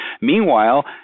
Meanwhile